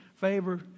Favor